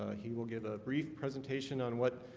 ah he will give a brief presentation on what?